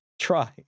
try